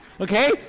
Okay